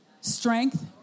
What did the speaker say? Strength